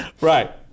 Right